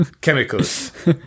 chemicals